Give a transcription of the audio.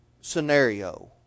scenario